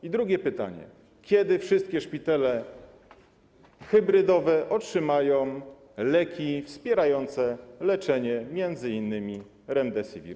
I drugie pytanie: Kiedy wszystkie szpitale hybrydowe otrzymają leki wspierające leczenie, m.in. remdesivir?